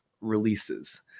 releases